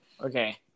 Okay